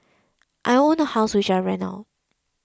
I own a house which I rent out